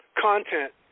content